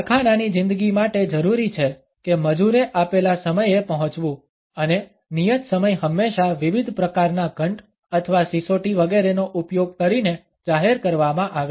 કારખાનાની જિંદગી માટે જરૂરી છે કે મજૂરે આપેલા સમયે પહોંચવુ અને નિયત સમય હંમેશા વિવિધ પ્રકારના ઘંટ અથવા સિસોટી વગેરેનો ઉપયોગ કરીને જાહેર કરવામાં આવે